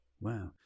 Wow